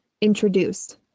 introduced